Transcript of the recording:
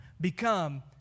become